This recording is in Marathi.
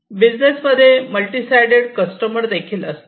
बिझनेस मध्ये मल्टी साईडेड कस्टमर देखील असतात